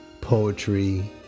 poetry